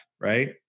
right